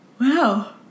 Wow